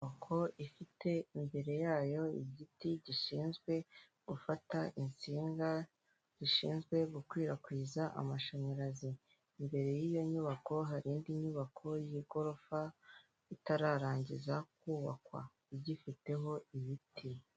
Inyubako ifite imbere yayo igiti gishinzwe gufata insinga zishinzwe gukwirakwiza amashanyarazi, imbere y'iyo nyubako hari indi nyubako y'igorofa itararangiza kubakwa igifiteho ibiti.